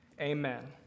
amen